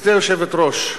גברתי היושבת-ראש,